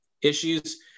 issues